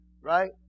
Right